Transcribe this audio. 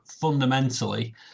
fundamentally